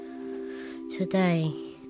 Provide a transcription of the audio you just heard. today